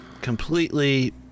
Completely